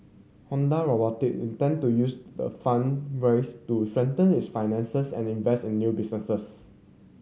Hyundai Robotic intend to use the fund do strengthen its finances and invest in new businesses